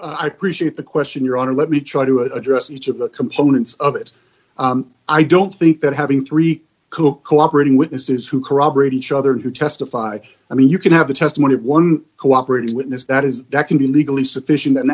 appreciate the question your honor let me try to address each of the components of it i don't think that having three cook cooperating witnesses who corroborate each other who testify i mean you can have the testimony of one cooperating witness that is that can be legally sufficient and